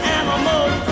animals